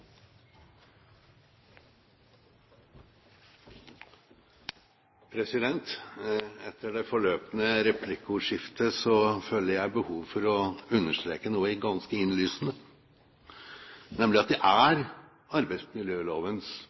replikk. Etter det forløpende replikkordskiftet føler jeg behov for å understreke noe ganske innlysende, nemlig at det er arbeidsmiljølovens